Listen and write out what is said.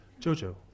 Jojo